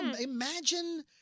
Imagine